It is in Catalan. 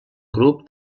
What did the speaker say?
grup